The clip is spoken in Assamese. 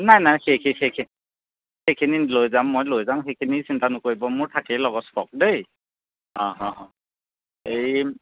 নাই নাই সেইখিনি লৈ যাম মই লৈ যাম সেইখিনি চিন্তা নকৰিব মোৰ থাকেই লগত ষ্টক দেই এই